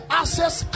access